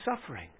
suffering